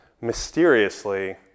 mysteriously